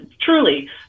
truly